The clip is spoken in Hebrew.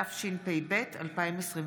התשפ"ב 2021,